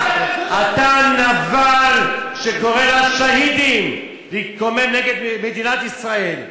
--- אתה נבל שקורא לשאהידים להתקומם נגד מדינת ישראל,